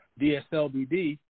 DSLBD